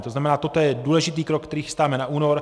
To znamená, toto je důležitý krok, který chystáme na únor.